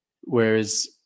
Whereas